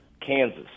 Kansas